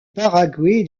paraguay